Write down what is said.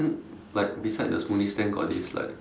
like beside the smoothie stand got this like